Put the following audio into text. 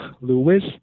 Lewis